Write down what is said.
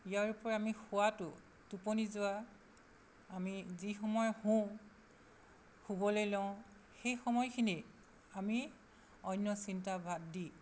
ইয়াৰোপৰি আমি শোৱাটো টোপনি যোৱা আমি যিসময় শুওঁ শুবলৈ লওঁ সেই সময়খিনি আমি অন্য চিন্তা বাদ দি